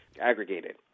aggregated